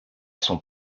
son